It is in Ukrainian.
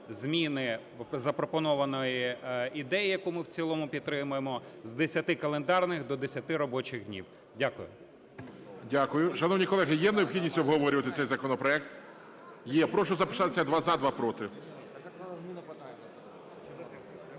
зміни запропонованої ідеї, яку ми в цілому підтримуємо, з 10 календарних до 10 робочих днів. Дякую. ГОЛОВУЮЧИЙ. Дякую. Шановні колеги, є необхідність обговорювати цей законопроект? Є. Прошу записатися: два – за, два – проти.